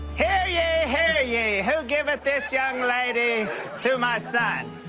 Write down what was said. here ye, here ye, who giveth this young lady to my son?